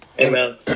Amen